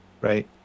Right